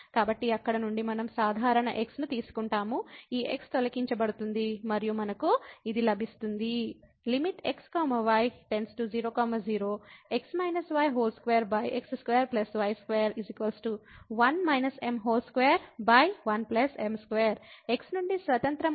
కాబట్టి అక్కడ నుండి మనం సాధారణ x ను తీసుకుంటాము ఈ x తొలగించబడుతుంది మరియు మనకు ఇది లభిస్తుంది x y0 0 2x2y2 21m2 x నుండి స్వతంత్రముగానున్న